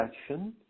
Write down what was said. action